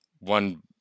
One